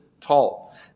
tall